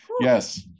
Yes